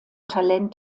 talent